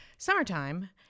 Summertime